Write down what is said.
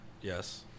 Yes